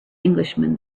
englishman